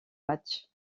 matchs